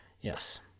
Yes